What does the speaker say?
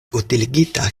utiligita